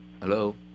Hello